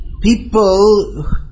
people